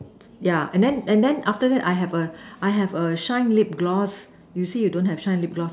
yeah and then and then after that I have a I have a shine lip gloss you say you don't have a shine lip gloss what